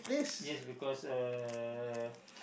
yes because uh